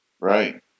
Right